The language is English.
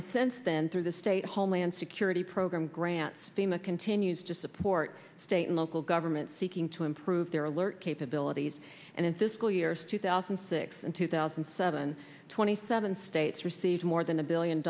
and since then through the state homeland security program grants them a continues to support state and local governments seeking to improve their alert capabilities and in fiscal years two thousand and six and two thousand and seven twenty seven states received more than a billion